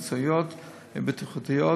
מקצועיות ובטיחותיות.